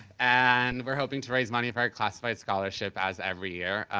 and we're hoping to raise money for our classified scholarship as every year.